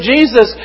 Jesus